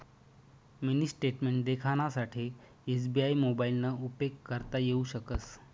mini statement देखानासाठे SBI मोबाइलना उपेग करता येऊ शकस